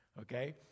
Okay